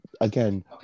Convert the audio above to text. again